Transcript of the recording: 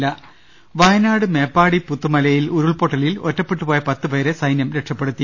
രുട്ടിട്ട്ട്ട്ട്ട്ട വയനാട് മേപ്പാടി പുത്തുമലയിൽ ഉരുൾപൊട്ടലിൽ ഒറ്റപ്പെട്ടുപോയ പത്തു പേരെ സൈന്യം രക്ഷപ്പെടുത്തി